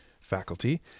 faculty